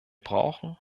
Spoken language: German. brauchen